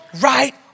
right